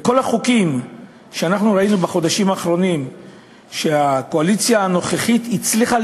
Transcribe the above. כל החוקים שראינו שהקואליציה הנוכחית הצליחה